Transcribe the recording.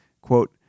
quote